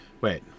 Wait